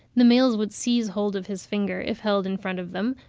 the males would seize hold of his finger, if held in front of them,